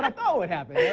but thought would happen.